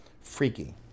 Freaky